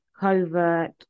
covert